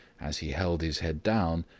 as he held his head down,